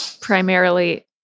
primarily